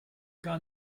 gar